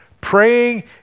praying